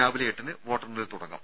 രാവിലെ എട്ടിന് വോട്ടെണ്ണൽ തുടങ്ങും